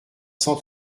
cent